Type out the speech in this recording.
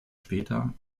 später